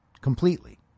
completely